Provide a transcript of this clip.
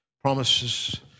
promises